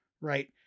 right